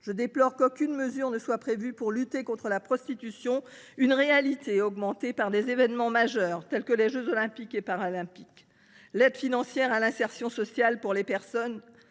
Je déplore qu’aucune mesure ne soit prévue pour lutter contre la prostitution, alors que cette réalité sera amplifiée par des événements majeurs tels que les jeux Olympiques et Paralympiques. L’aide financière à l’insertion sociale pour les personnes